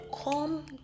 come